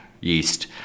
Yeast